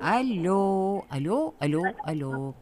alio alio alio alio